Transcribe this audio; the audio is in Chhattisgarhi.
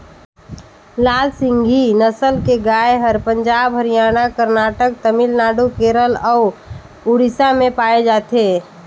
लाल सिंघी नसल के गाय हर पंजाब, हरियाणा, करनाटक, तमिलनाडु, केरल अउ उड़ीसा में पाए जाथे